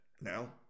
now